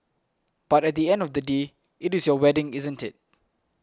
but at the end of the day it is your wedding isn't it